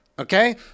Okay